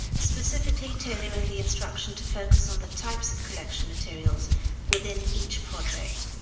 specifically tailoring the instruction to focus on the types of collection materials within each project.